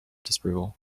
disapproval